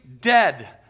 dead